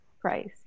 price